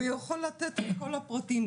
והוא יכול לתת את כל הפרטים,